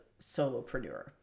solopreneur